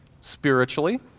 spiritually